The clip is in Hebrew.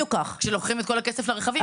כשלוקחים את כל הכסף לרכבים,